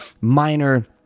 minor